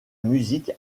musique